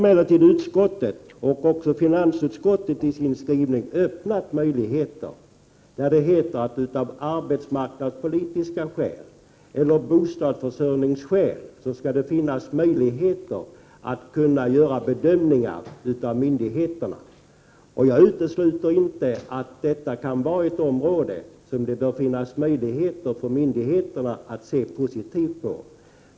Bostadsutskottet och finansutskottet har emellertid skrivit att det av arbetsmarknadspolitiska skäl eller bostadsförsörjningsskäl skall vara möjligt för myndigheterna att göra bedömningar. Jag utesluter inte att detta kan vara ett område som det bör finnas möjligheter för myndigheterna att se positivt på.